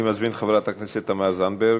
אני מזמין את חברת הכנסת תמר זנדברג,